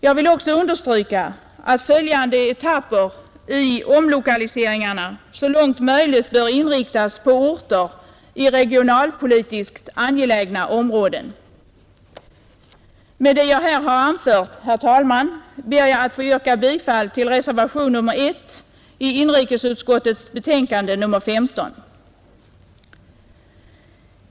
Jag vill också understryka att följande etapper i omlokaliseringarna så långt möjligt bör inriktas på orter i regionalpolitiskt angelägna områden. Med det jag här har anfört, herr talman, ber jag att få yrka bifall till reservationen 1 i inrikesutskottets betänkande nr 15.